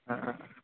হ্যাঁ